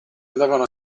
andavano